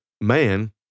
man